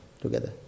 together